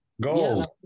gold